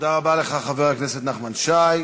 תודה רבה לך, חבר הכנסת נחמן שי.